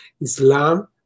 Islam